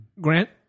Grant